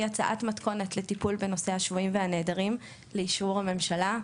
הצעת מתכונת לטיפול בנושא השבויים והנעדרים לאישור הממשלה.